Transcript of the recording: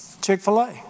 Chick-fil-A